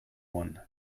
one